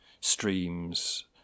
streams